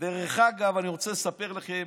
אני רוצה לספר לכם